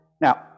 Now